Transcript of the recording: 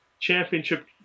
Championship